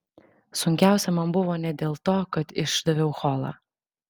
sunkiausia man buvo ne dėl to kad išdaviau holą